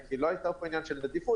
כי לא היה פה עניין של נדיבות.